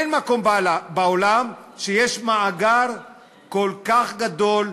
אין מקום בעולם שיש בו מאגר כל כך גדול,